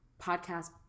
podcast